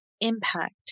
impact